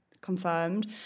confirmed